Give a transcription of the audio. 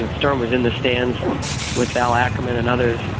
and stern was in the stands with al akerman and others.